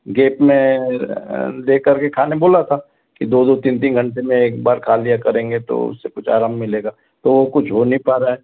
gap में लेकर के खाने को बोला था के दो दो तीन तीन घंटे में एक बार खा लिया करेंगे तो उससे कुछ आराम मिलेगा तो कुछ हो नहीं पा रहा है